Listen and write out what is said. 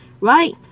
right